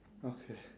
okay